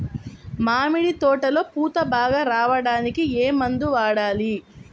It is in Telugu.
మామిడి తోటలో పూత బాగా రావడానికి ఏ మందు వాడాలి?